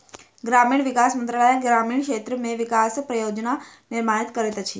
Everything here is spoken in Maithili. ग्रामीण विकास मंत्रालय ग्रामीण क्षेत्र के विकासक योजना निर्माण करैत अछि